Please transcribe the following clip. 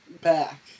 back